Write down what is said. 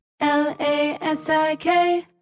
L-A-S-I-K